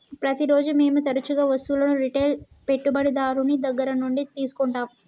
ప్రతిరోజు మేము తరచుగా వస్తువులను రిటైల్ పెట్టుబడిదారుని దగ్గర నుండి తీసుకుంటాం